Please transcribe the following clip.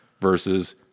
Versus